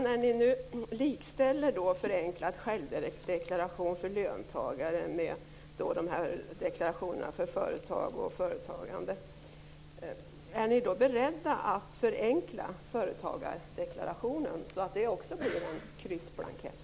När ni nu likställer förenklad självdeklaration för löntagare med deklarationerna för företag och företagande, är ni då beredda att förenkla företagardeklarationen, så att också den blir en kryssblankett?